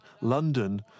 London